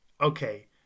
okay